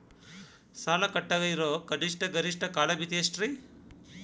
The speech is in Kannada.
ಸಾಲ ಕಟ್ಟಾಕ ಇರೋ ಕನಿಷ್ಟ, ಗರಿಷ್ಠ ಕಾಲಮಿತಿ ಎಷ್ಟ್ರಿ?